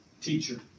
teacher